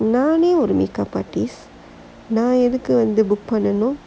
நானே ஒரு:naanae oru makeup artist நான் வந்து எதுக்கு:naan vanthu ethukku book பண்ணனும்:pannanum